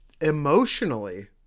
Emotionally